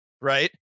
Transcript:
right